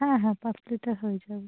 হ্যাঁ হ্যাঁ পাঁচ লিটার হয়ে যাবে